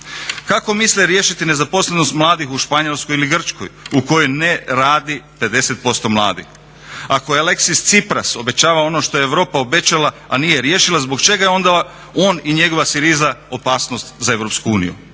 Kako misle riješiti nezaposlenost mladih u Španjolskoj ili Grčkoj u kojoj ne radi 50% mladih? Ako je Alexsis Tsipras obećavao ono što je Europa obećala a nije riješila zbog čega je onda on i njegova Syriza opasnost za EU?